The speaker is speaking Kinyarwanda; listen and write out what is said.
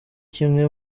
kimwe